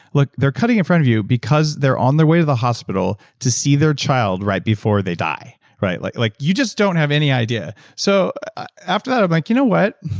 look, they're cutting in front of you because they're on their way to the hospital to see their child right before they die like like you just don't have any idea. so after that i'm like, you know what?